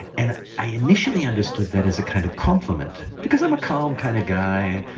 and i initially understood that as a kind of compliment. because i'm a calm kind of guy,